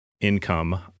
income